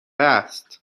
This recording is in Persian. است